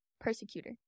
Persecutor